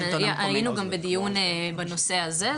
היינו גם בדיון בנושא הזה,